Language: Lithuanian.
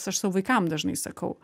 aš savo vaikam dažnai sakau